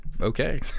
okay